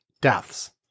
Deaths